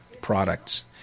products